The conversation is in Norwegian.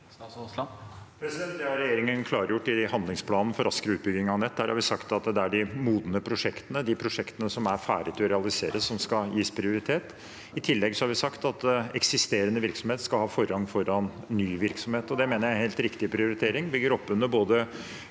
Det har regjerin- gen klargjort i handlingsplanen for raskere utbygging av nett. Der har vi sagt at det er de modne prosjektene, de prosjektene som er ferdige til å realiseres, som skal gis prioritet. I tillegg har vi sagt at eksisterende virksomhet skal ha forrang foran ny virksomhet, og det mener jeg er helt riktig prioritering. Det både bygger oppunder